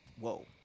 Whoa